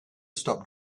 stop